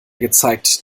gezeigt